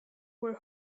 were